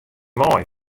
mei